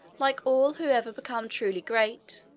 like all who ever become truly great,